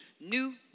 New